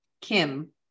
Kim